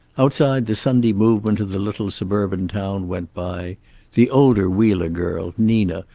outside the sunday movement of the little suburban town went by the older wheeler girl, nina,